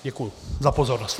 Děkuji za pozornost.